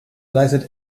leistet